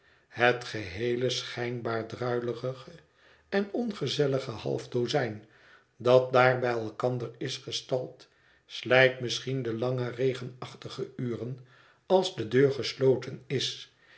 het geheele schijnbaar druilige en ongezellige half dozijn dat daar bij elkander is gestald slijt misschien de lange regenachtige uren als de deur gesloten is